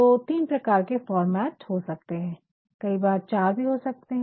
तो तीन प्रकार के फॉर्मेट हो सकते है कई बार चार भी होते हैं